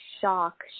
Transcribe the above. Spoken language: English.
shock